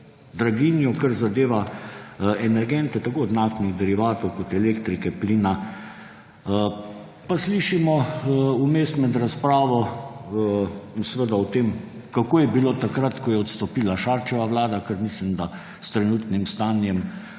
Draginjo, kar zadeva energente – tako naftnih derivatov, elektrike, plina. Pa slišimo vmes med razpravo seveda o tem, kako je bilo takrat, ko je odstopila Šarčeva vlada, kar mislim, da s trenutnim stanjem